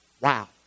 Wow